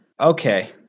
okay